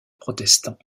protestant